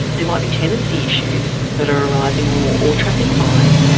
there might be tenancy issues that are rising or or traffic fines.